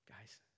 guys